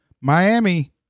Miami